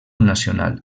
nacional